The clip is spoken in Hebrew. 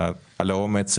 על האומץ.